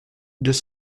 deux